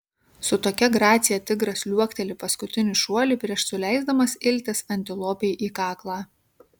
su tokia gracija tigras liuokteli paskutinį šuolį prieš suleisdamas iltis antilopei į kaklą